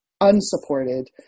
unsupported